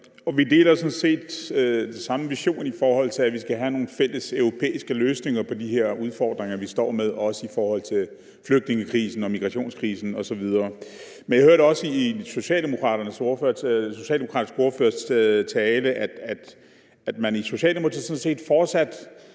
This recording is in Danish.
Vi deler sådan set den samme vision, i forhold til at vi skal have nogle fælleseuropæiske løsninger på de her udfordringer, vi står med, også i forhold til flygtningekrisen, migrationskrisen osv. Jeg hørte også i den socialdemokratiske ordførers tale, at man i Socialdemokratiet sådan set fortsat